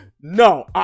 No